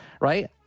right